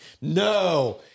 no